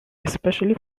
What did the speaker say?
especially